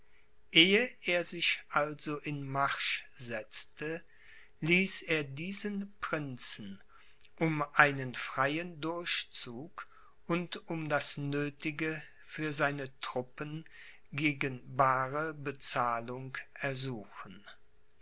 ehe er sich also in marsch setzte ließ er diesen prinzen um einen freien durchzug und um das nöthige für seine truppen gegen baare bezahlung ersuchen